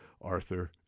Arthur